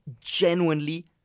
genuinely